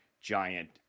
giant